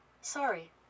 Sorry